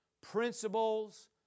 principles